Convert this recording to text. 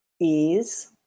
ease